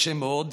מאוד,